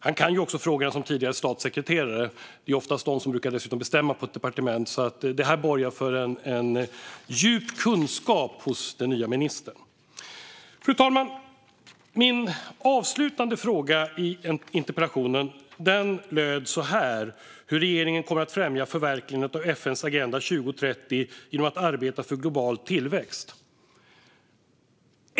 Som tidigare statssekreterare kan han också frågorna. Det är dessutom oftast statssekreterarna som brukar bestämma på ett departement, så det borgar för djup kunskap hos den nya ministern. Fru talman! Min avslutande fråga i interpellationen var hur regeringen kommer att främja förverkligandet av FN:s Agenda 2030 genom att arbeta för global tillväxt.